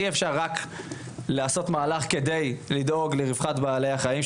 אי-אפשר לעשות רק מהלך כדי לדאוג לרווחת בעלי החיים,